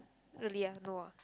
really ah no ah